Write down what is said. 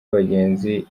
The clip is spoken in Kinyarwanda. abagenzi